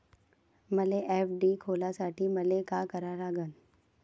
मले एफ.डी खोलासाठी मले का करा लागन?